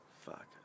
fuck